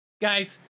Guys